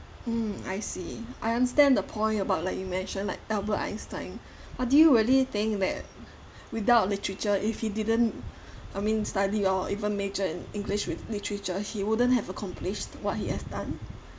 mm I see I understand the point about like you mentioned like albert einstein but do you really think that without literature if he didn't I mean study or even major in english with literature he wouldn't have accomplished what he has done